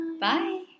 Bye